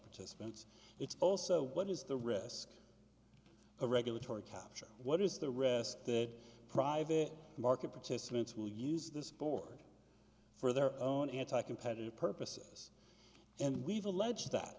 participants it's also what is the risk of a regulatory capture what is the risk that private market participants will use this board for their own anti competitive purposes and we've alleged that